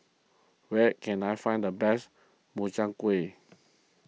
where can I find the best Makchang Gui